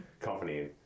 company